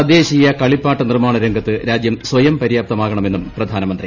തദ്ദേശീയ കളിപ്പാട്ട നിർമാണരംഗത്ത് രാജ്യം സ്വയംപര്യാപ്തമാകണമെന്നും പ്രധാനമന്ത്രി